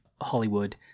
Hollywood